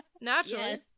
naturally